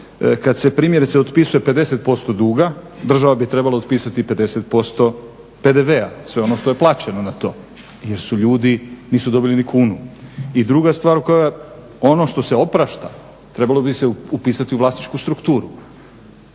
kad se primjerice otpisuje 50% duga država bi trebala otpisati 50% PDV, sve ono što je plaćeno na to, jer su ljudi, nisu dobili ni kunu. I druga stvar koja, ono što se oprašta, trebalo bi se upisati u vlasničku strukturu